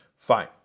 Fine